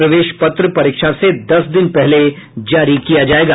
प्रवेश पत्र परीक्षा से दस दिन पहले जारी किया जायेगा